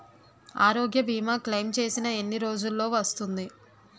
ఆరోగ్య భీమా క్లైమ్ చేసిన ఎన్ని రోజ్జులో వస్తుంది?